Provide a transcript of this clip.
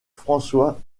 françois